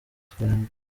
twembi